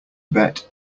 bet